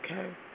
Okay